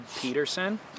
Peterson